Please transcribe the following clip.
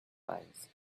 virus